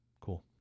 cool